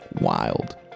wild